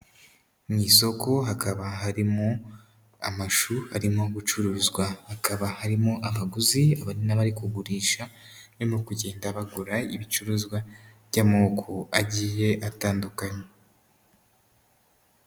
Mu isoko hakaba harimo amashu arimo gucuruzwa, hakaba harimo abaguzi n'abari kugurisha, barimo kugenda bagura ibicuruzwa by'amoko agiye atandukanye.